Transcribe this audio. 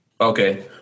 Okay